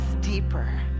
deeper